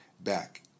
back